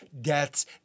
deaths